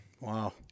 Wow